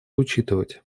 учитывать